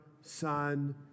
Son